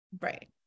Right